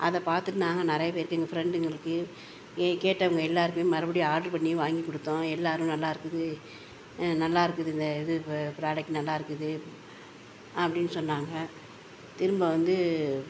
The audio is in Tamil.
அதைப் பார்த்துட்டு நாங்கள் நிறைய பேருக்கு எங்கள் ஃப்ரெண்டுங்களுக்கு ஏன் கேட்டவங்க எல்லாருக்குமே மறுபடியும் ஆர்டரு பண்ணி வாங்கிக் கொடுத்தோம் எல்லாரும் நல்லாயிருக்குது நல்லாயிருக்குது இந்த இது ப ப்ராடக்ட் நல்லாயிருக்குது அப்படின் சொன்னாங்க திரும்ப வந்து